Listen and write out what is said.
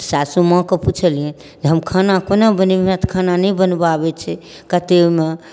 सासू माँके पुछलिअनि जे हम खाना कोना बनेबै हमरा तऽ खाना नहि बनबऽ आबै छै कतेक ओहिमे